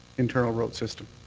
internal road system.